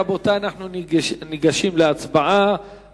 רבותי, אנחנו ניגשים להצבעה על